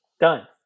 Done